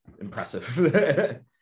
impressive